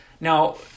Now